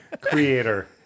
creator